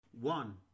One